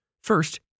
First